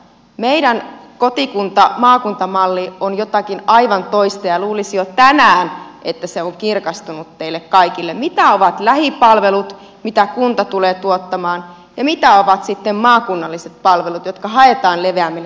meidän kotikuntamaakunta mallimme on jotakin aivan toista ja luulisi jo että tänään teille kaikille olisi kirkastunut se mitä ovat lähipalvelut mitä kunta tulee tuottamaan ja mitä ovat sitten maakunnalliset palvelut jotka haetaan leveämmille harteille